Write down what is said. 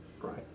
Right